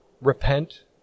repent